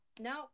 no